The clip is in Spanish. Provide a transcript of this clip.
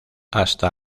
hasta